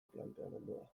planteamendua